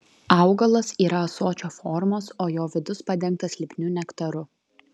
augalas yra ąsočio formos o jo vidus padengtas lipniu nektaru